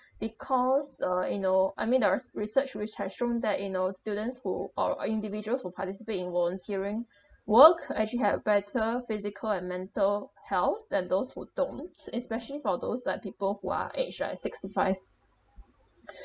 because uh you know I mean the re~ research which has shown that you know students who or uh individuals who participate in volunteering work actually had better physical and mental health than those who don't especially for those that people who are aged like sixty five